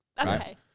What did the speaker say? Okay